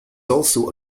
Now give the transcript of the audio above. also